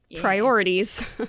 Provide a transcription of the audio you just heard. priorities